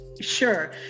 sure